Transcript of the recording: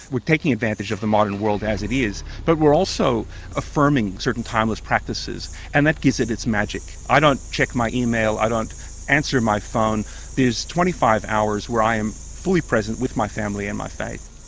we're taking advantage of the modern world as it is, but we're also affirming certain timeless practices, and that gives it its magic. i don't check my email, i don't answer my phone. it is twenty five hours where i am fully present with my family and my faith.